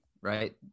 right